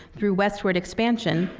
through westward expansion,